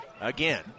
again